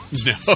No